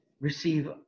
receive